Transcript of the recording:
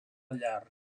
llar